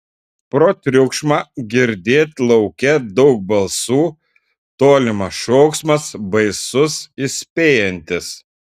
pro triukšmą girdėt lauke daug balsų tolimas šauksmas baisus įspėjantis